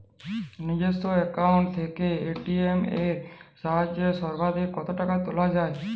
নিজস্ব অ্যাকাউন্ট থেকে এ.টি.এম এর সাহায্যে সর্বাধিক কতো টাকা তোলা যায়?